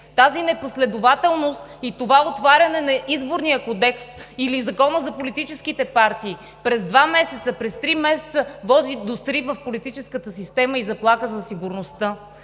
Тази непоследователност и това отваряне на Изборния кодекс, или Закона за политическите партии през два месеца, през три месеца води до срив в политическата система и заплаха за сигурността.